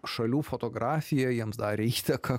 šalių fotografija jiems darė įtaką